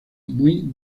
muy